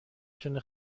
تونه